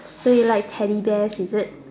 so you like teddy bears is it